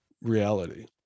reality